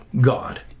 God